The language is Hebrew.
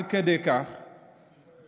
התחלת ברגל ימין,